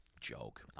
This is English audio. joke